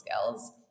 skills